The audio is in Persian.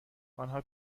آنها